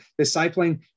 discipling